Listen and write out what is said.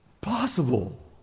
possible